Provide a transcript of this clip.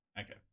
Okay